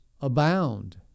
abound